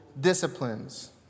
disciplines